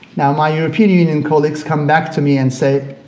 now, my european union colleagues come back to me and say,